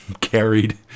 carried